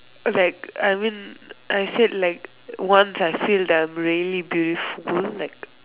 like I mean I said like once I feel the really beautiful like